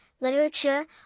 literature